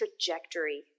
trajectory